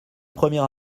première